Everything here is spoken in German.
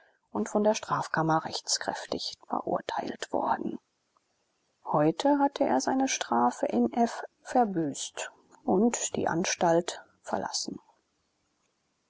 und von der strafkammer rechtskräftig verurteilt worden heute hatte er seine strafe in f verbüßt und die anstalt verlassen